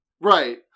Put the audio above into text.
Right